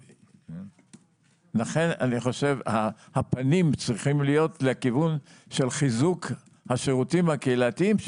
אני חושב שהפנים צריכים להיות לכיוון של חיזוק השירותים הקהילתיים,